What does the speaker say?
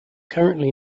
currently